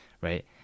right